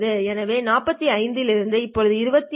எனவே 45 லிருந்து இப்போது 25